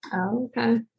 Okay